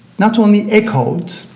not only echoed,